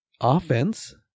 offense